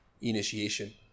initiation